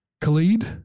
Khalid